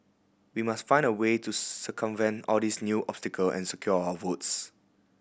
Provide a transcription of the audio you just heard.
we must find a way to circumvent all these new obstacle and secure our votes